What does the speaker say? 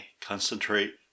concentrate